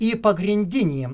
į pagrindinį